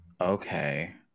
okay